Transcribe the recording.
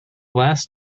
last